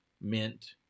Mint